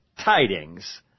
tidings